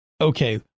okay